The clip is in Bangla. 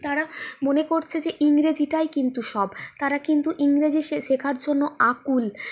তারা মনে করছে যে ইংরেজিটাই কিন্তু সব তারা কিন্তু ইংরেজি শেখার জন্য আকুল